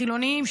חילוניים,